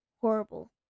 horrible